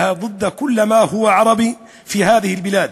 אתם רואים את השנאה והגזענות המופנות נגד כל מה שהוא ערבי בארץ הזאת.